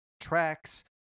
tracks